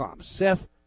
Seth